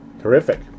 terrific